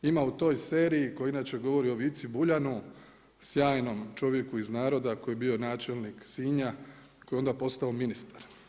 Ima u toj seriji koja inače govori o Vici Buljanu, sjajnom čovjeku iz naroda koji je bio načelnik Sinja koji je onda postao ministar.